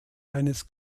eines